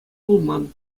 пулман